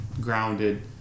grounded